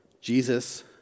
Jesus